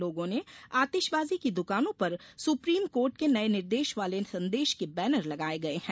लोगों ने आतिशबाजी की दुकानों पर सुप्रीम कोर्ट के नये निर्देश वाले संदेश के बेनर लगाये गये हैं